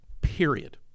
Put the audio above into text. Period